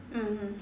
mmhmm